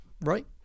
right